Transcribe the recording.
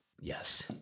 Yes